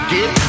Get